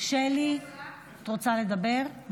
את רוצה לדבר?